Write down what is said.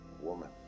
woman